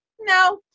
no